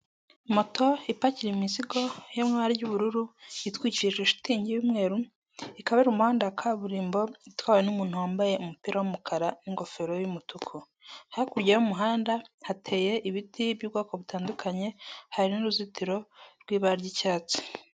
Moto ipakira imizigo yo mu ibara ry'ubururu, itwikirije shitingi y'umweru, ikaba iri mu muhanda wa kaburimbo itwawe n'umuntu wambaye umupira w'umukara n'ingofero y'umutuku, hakurya y'umuhanda hateye ibiti by'ubwoko butandukanye, hari n'uruzitiro rw'ibara ry'icyatsi.